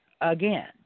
again